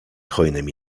hojnymi